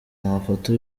amafoto